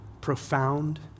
profound